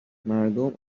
مردم